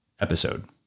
episode